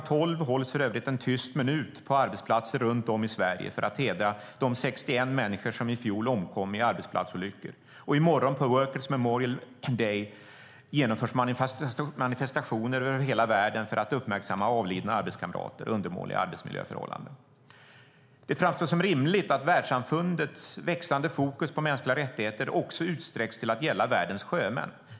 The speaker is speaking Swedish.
12 hålls för övrigt en tyst minut på arbetsplatser runt om i Sverige för att hedra de 61 människor som i fjol omkom i arbetsplatsolyckor. Och i morgon på Workers Memorial Day genomförs manifestationer över hela världen för att uppmärksamma avlidna arbetskamrater och undermåliga arbetsmiljöförhållanden. Det framstår som rimligt att världssamfundets växande fokus på mänskliga rättigheter också utsträcks till att gälla världens sjömän.